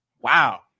Wow